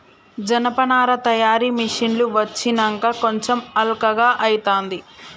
జనపనార తయారీ మిషిన్లు వచ్చినంక కొంచెం అల్కగా అయితాంది